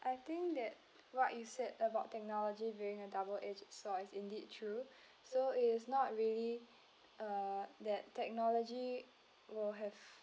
I think that what you said about technology being a double edge sword is indeed true so it is not really uh that technology will have